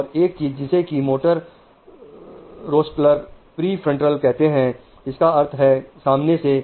और एक चीज जिसे क्रि मोटर रोस्टरल प्री फ्रंटल कहते हैं इसका अर्थ है सामने से